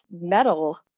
metal